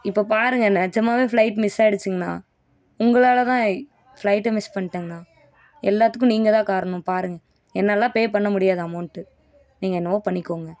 இப்போ பாருங்க நிஜமாவே ஃப்ளைட் மிஸ் ஆயிடுச்சுங்கண்ணா உங்களால் தான் ஃப்ளைட்டை மிஸ் பண்ணிட்டங்கண்ணா எல்லாத்துக்கும் நீங்கள் தான் காரணம் பாருங்க என்னலால பே பண்ண முடியாது அமௌண்ட்டு நீங்கள் என்னவோ பண்ணிக்கோங்க